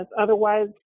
otherwise